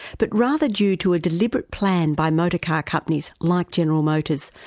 but rather due to a deliberate plan by motor car companies like general motors,